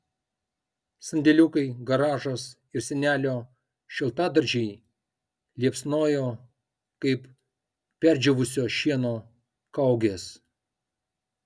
sandėliukai garažas ir senelio šiltadaržiai liepsnojo kaip perdžiūvusio šieno kaugės